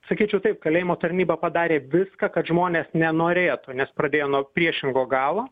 sakyčiau taip kalėjimų tarnyba padarė viską kad žmonės nenorėtų nes pradėjo nuo priešingo galo